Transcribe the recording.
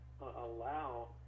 allow